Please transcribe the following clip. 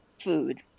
food